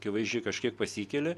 akivaizdžiai kažkiek pasikeli